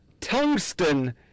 tungsten